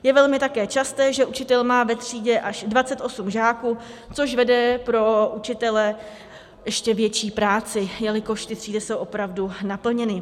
Je také velmi časté, že učitel má ve třídě až dvacet osm žáků, což vede pro učitele k ještě větší práci, jelikož třídy jsou opravdu naplněny.